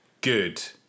Good